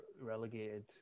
relegated